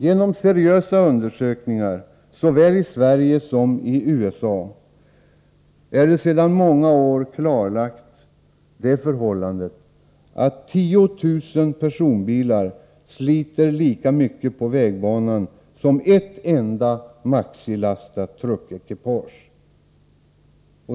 Genom seriösa undersökningar såväl i Sverige som i USA har det sedan många år klarlagts att 10 000 personbilar sliter lika mycket på vägbanan som ett enda maxilastat truckekipage.